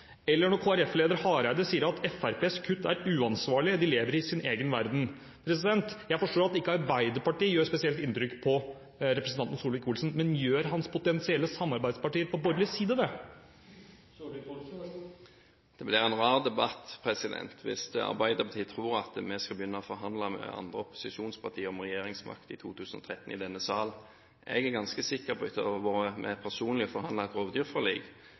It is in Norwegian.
eller når Kristelig Folkepartis leder, Hareide, sier at Fremskrittspartiets kutt er uansvarlige – de lever i sin egen verden. Jeg forstår at ikke Arbeiderpartiet gjør spesielt inntrykk på representanten Solvik-Olsen, men gjør hans potensielle samarbeidspartier på borgelig side det? Det blir en rar debatt hvis Arbeiderpartiet tror at vi i denne sal skal begynne å forhandle med andre opposisjonspartier om regjeringsmakt i 2013. Etter personlig å ha vært med på å forhandle et rovdyrforlik,